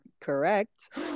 Correct